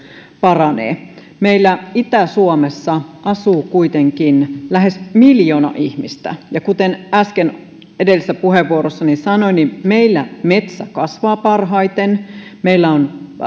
paranee meillä itä suomessa asuu kuitenkin lähes miljoona ihmistä ja kuten äsken edellisessä puheenvuorossani sanoin meillä metsä kasvaa parhaiten meillä on